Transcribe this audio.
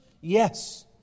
Yes